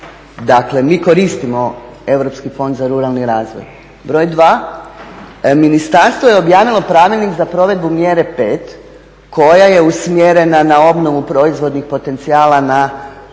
dakle mi koristimo Europski fond za ruralni razvoj. Broj 2, ministarstvo je objavilo pravilnik za provedbu mjere 5 koja je usmjerena na obnovu proizvodnih potencijala na